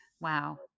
wow